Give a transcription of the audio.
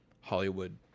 Hollywood